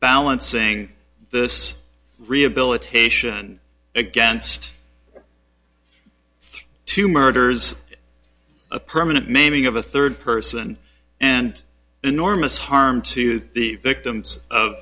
balancing this rehabilitation against two murders a permanent maiming of a third person and enormous harm to the victims